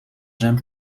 zijn